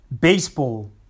Baseball